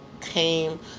came